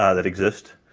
ah that exist.